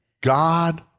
God